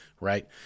Right